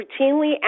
routinely